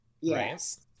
yes